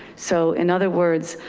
so, in other words,